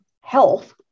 health